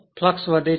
flux વધે છે